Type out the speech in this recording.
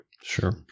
Sure